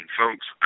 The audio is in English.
folks